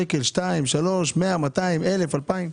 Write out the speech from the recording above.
שקל, שניים, אלף, אלפיים?